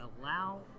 allow